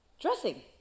dressing